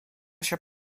się